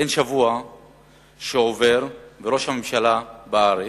אין שבוע שעובר, וראש הממשלה בארץ,